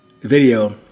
video